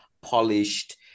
polished